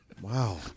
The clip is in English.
Wow